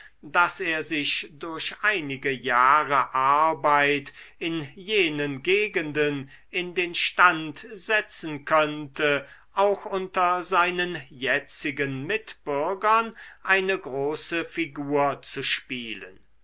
daß er sich durch einige jahre arbeit in jenen gegenden in den stand setzen könnte auch unter seinen jetzigen mitbürgern eine große figur zu spielen